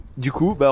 you go